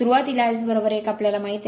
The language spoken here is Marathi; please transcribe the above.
आरंभात S 1 आम्हाला माहित आहे